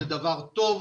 זה דבר טוב.